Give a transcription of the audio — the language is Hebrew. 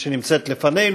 שנמצאת לפנינו.